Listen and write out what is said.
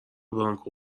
برانکو